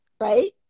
Right